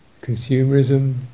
consumerism